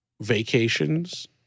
vacations